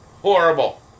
Horrible